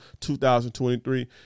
2023